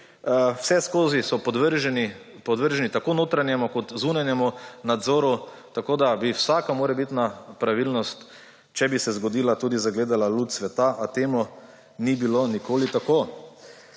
vseskozi so podvrženi tako notranjemu kot zunanjemu nadzoru, tako da bi vsaka morebitna pravilnost, če bi se zgodila, tudi zagledala luč sveta; a temu ni bilo nikoli tako.